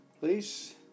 please